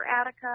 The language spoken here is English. Attica